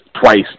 twice